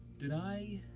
did i.